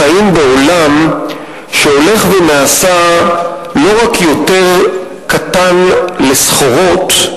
חיים בעולם שהולך ונעשה לא רק יותר קטן לסחורות,